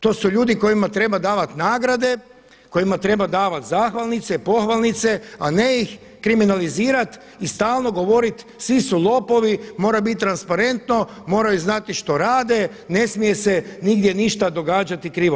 To su ljudi kojima treba davati nagrade, kojima treba davati zahvalnice, pohvalnice a ne ih kriminalizirat i stalno govorit svi su lopovi, mora bit transparentno, moraju znati što rade, ne smije se nigdje ništa događati krivo.